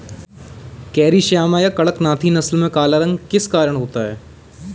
Carry Shyama या कड़कनाथी नस्ल में काला रंग किस कारण होता है?